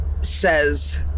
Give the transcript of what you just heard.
says